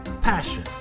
passion